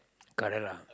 correct lah